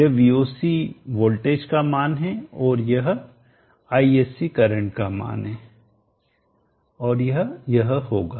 यह Voc voltage का मान है और यह Isc करंट का मान है और यह यह होगा